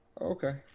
Okay